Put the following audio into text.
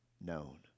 known